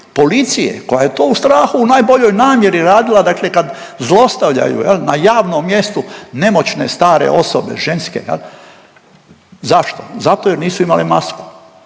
policije koja je to u strahu u najboljoj namjeri radila dakle kad zlostavljaju na javnom mjestu nemoćne stare osobe ženske. Zašto? Zato jer nisu imale masku.